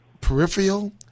peripheral